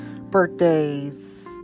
birthdays